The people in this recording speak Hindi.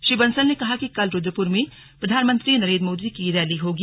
श्री बंसल ने कहा कि कल रूद्रपुर में प्रधानमंत्री नरेन्द्र मोदी की रैली होगी